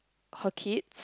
her kids